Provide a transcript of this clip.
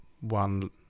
one